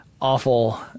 awful